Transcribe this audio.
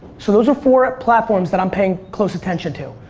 so those are four platforms that i'm paying close attention to.